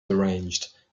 deranged